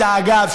אגב,